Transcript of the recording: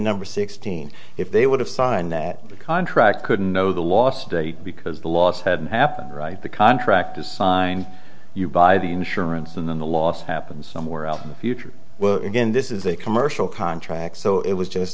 number sixteen if they would have signed that contract couldn't know the last day because the laws had happened right the contract is signed you by the insurance than the loss happened somewhere else in the future well again this is a commercial contract so it was just